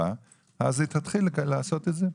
תתחיל לעשות את זה.